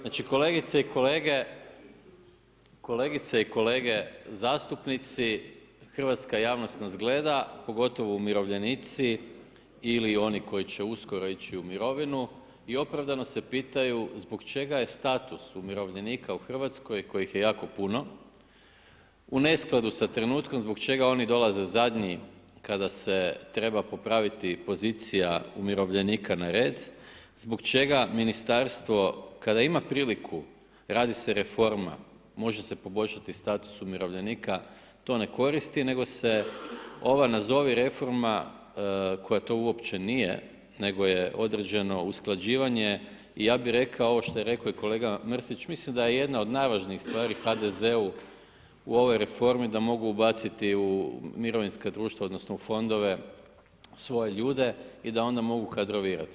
Znači, kolegice i kolege zastupnici, hrvatska javnost nas gleda, pogotovo umirovljenici ili oni koji će uskoro ići u mirovinu i opravdano se pitaju zbog čega je status umirovljenika u RH kojih je jako puno, u neskladu sa trenutkom zbog čega oni dolaze zadnji kada se treba popraviti pozicija umirovljenika na red, zbog čega Ministarstvo kada ima priliku, radi se reforma, može se poboljšati status umirovljenika, to ne koristi, nego se ova nazovi reforma, koja to uopće nije, nego je određeno usklađivanje, ja bi rekao ovo što je rekao i kolega Mrsić, mislim da je jedna od najvažnijih stvari HDZ-u u ovoj reformi da mogu ubaciti u mirovinska društva odnosno u fondove svoje ljude i da onda mogu kadrovirati.